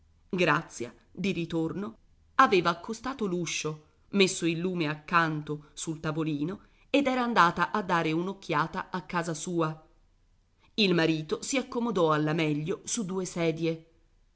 grazia di ritorno aveva accostato l'uscio messo il lume accanto sul tavolino ed era andata a dare un'occhiata a casa sua il marito si accomodò alla meglio su due sedie